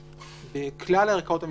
בכלל הערכאות המשפטיות,